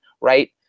right